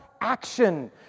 action